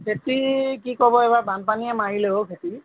খেতি কি ক'ব এইবাৰ বানপানীয়ে মাৰিলে অ' খেতি